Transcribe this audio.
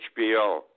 HBO